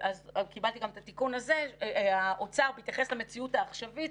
אנחנו גם נסדיר את העניין הזה גם עם יו"ר הכנסת וגם בהיבט המשפטי של יועמ"ש